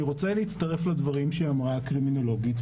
אני רוצה להצטרף לדברים שאמרה הקרימינולוגית,